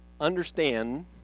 understand